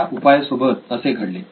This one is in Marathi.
त्या उपाया सोबत असे घडले